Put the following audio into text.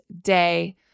day